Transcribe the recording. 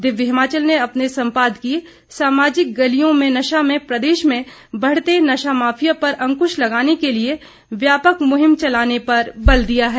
दिव्य हिमाचल ने अपने सम्पादकीय सामाजिक गलियों में नशा में प्रदेश में बढ़ते नशा माफिया पर अंकुश लगाने के लिये व्यापक मुहिम चलाने पर बल दिया है